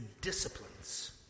disciplines